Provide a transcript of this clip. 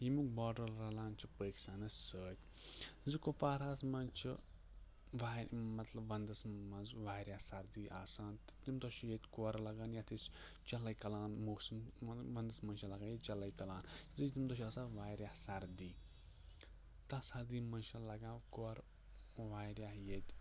ییٚمیُک بارڈَر رَلان چھُ پٲکِستانَس سۭتۍ زِ کُپوارہَس منٛز چھِ وارِ مطلب ونٛدَس منٛز واریاہ سردی آسان تہٕ تمہِ دۄہ چھِ ییٚتہِ کورٕ لَگان یَتھ أسۍ چِلَے کَلان موٗسم ونٛدَس منٛز چھِ لَگان ییٚتہِ چِلَے کَلان تمہِ دۄہ چھِ آسان واریاہ سَردی تَتھ سردی منٛز چھِ لَگان کورٕ واریاہ ییٚتہِ